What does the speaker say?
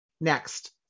Next